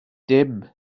dim